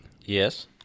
yes